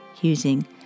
using